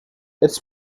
its